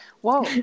whoa